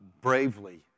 bravely